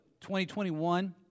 2021